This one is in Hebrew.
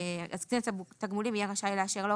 אז קצין התגמולים יהיה רשאי לאשר לו